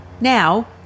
Now